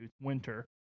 winter